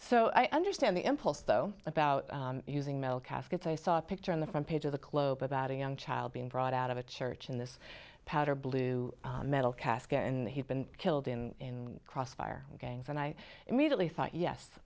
so i understand the impulse though about using mail caskets i saw a picture on the front page of the globe about a young child being brought out of a church in this powder blue metal casket and he'd been killed in crossfire gangs and i immediately thought yes